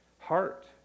heart